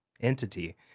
entity